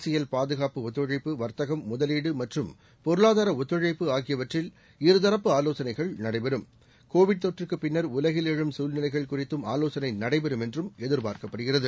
அரசியல் பாதுகாப்பு ஒத்துழைப்பு வர்த்தகம் முதலீடுமற்றும் பொருளாதாரஒத்துழைப்பு ஆகியவற்றில் இரு தரப்பு ஆலோசனைகள் நடைபெறும் கோவிட் தொற்றுக்குப் பின்னர் உலகில் எழும் சூழ்நிலைகள் குறித்தும் ஆலோசனைநடைபெறும் என்றுஎதிர்பார்க்கப்படுகிறது